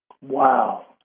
Wow